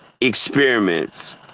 experiments